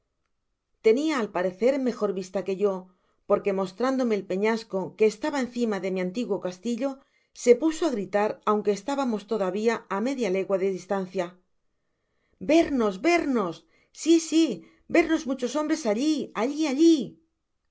al parecer mejor vista que yo porque mostrándome el peñasco que esteba encima de mi antiguo castillo se puso á gritar aunque estábamos todavía á media legua de distancia yernos vernos sí sí vernos muchos hombres allí allí y allí